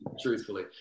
truthfully